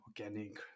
organic